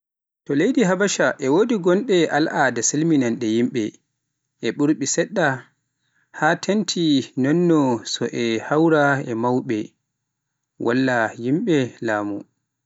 To leydi Habasha wodi goɗɗe alaada salminde yimɓe e ɓuuɓri seeɗa, haa teeŋti noon so e hawra e mawɓe walla yimɓe laamu.